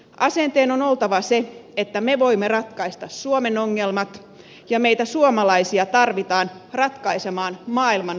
asenteen on oltava se että me voimme ratkaista suomen ongelmat ja meitä suomalaisia tarvitaan ratkaisemaan maailman ongelmat